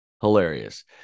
hilarious